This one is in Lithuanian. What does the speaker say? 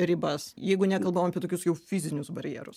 ribas jeigu nekalbam apie tokius jau fizinius barjerus